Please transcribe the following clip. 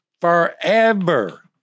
forever